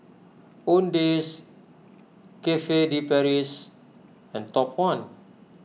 Owndays Cafe De Paris and Top one